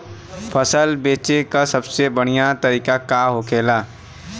फसल बेचे का सबसे बढ़ियां तरीका का होखेला?